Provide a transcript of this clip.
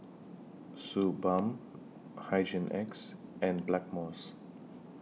Suu Balm Hygin X and Blackmores